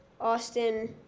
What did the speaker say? Austin